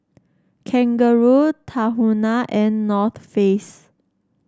Kangaroo Tahuna and North Face